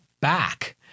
back